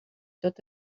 tot